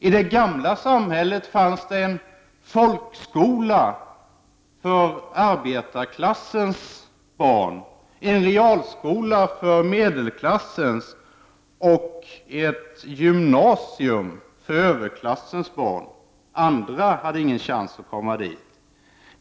I det gamla samhället fanns en folkskola för arbetarklassens barn, en realskola för medelklassens och ett gymnasium för överklassens barn. Andra hade ingen chans att komma dit.